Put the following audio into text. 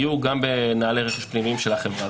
יהיו גם בנוהלי רכש פנימיים של החברה.